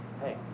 Hey